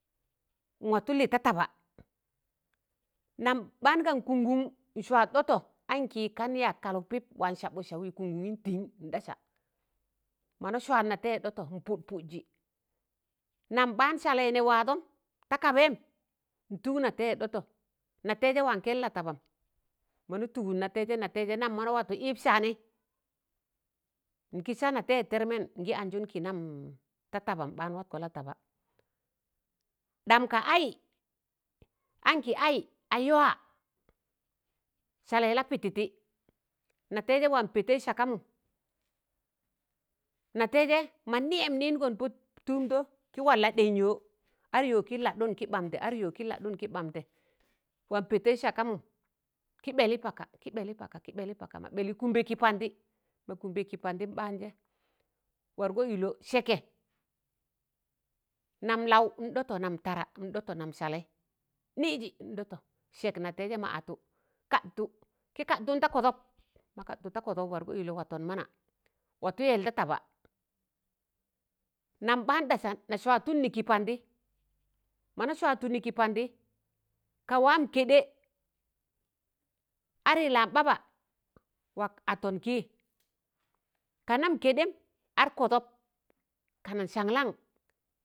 nwatụ li ta taba nam baan kan kụṇ kụṇ nswat dọtọ anki kan yaag kalụk pip wa sabụt saụi kụṇ kụṇin tiṇ nɗasa mọ na swat natẹiyẹ dọtọ npụt pụtji nam ɓ̣aan salei ne waadọm ta kabẹyim ntụg natẹiyẹ dọtọ natẹijẹ wa kẹn latabam mọ na tụgụt natẹiyẹ nateije watụ yip saanẹi ngi saa natẹiyẹ termen ngi anjụn ki nam tata ḅaan watkọ lataba dam ka ai anki ai a ywaa salẹi lapititi natẹijẹ wa petọ sakamụm natẹijẹ ma niyẹ niṇọn pọ tụmdọ ki wa laɗẹn yọ ad yọ ki ladụn ki ḅamḍẹ ad yọ ki ladụn ki ɓ̣amḍẹ waa pẹtẹi sakamụm ki ɓ̣ẹli paka, ki ḅẹli paka, ki ḅẹli paka ma bẹli kụmbe ki pandi mọ kụmbe ki pandim ḅaanje wargọ ilọ sẹkẹ nam laụ nɗọtọ nam tada nḍọtọ nam salei niiji ndọtọ sẹk natẹijẹ ma atụ kadtụ ki kadtụn da kọdọk mọ kadtụ da kọdọk wargọ ilọ watọn mana watụ yẹl da taba nam ɓ̣aan dasa na swadtụn ni, mọna swadtụ ki pandi ka waam kẹɗẹ ari laambaba wa atọn kii ka nam kẹɗẹm ad kọdọk kanụ saṇlang.